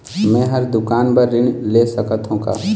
मैं हर दुकान बर ऋण ले सकथों का?